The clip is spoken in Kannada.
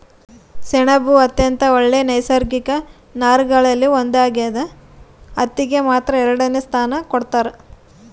ಸೆಣಬು ಅತ್ಯಂತ ಒಳ್ಳೆ ನೈಸರ್ಗಿಕ ನಾರುಗಳಲ್ಲಿ ಒಂದಾಗ್ಯದ ಹತ್ತಿಗೆ ಮಾತ್ರ ಎರಡನೆ ಸ್ಥಾನ ಕೊಡ್ತಾರ